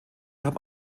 haben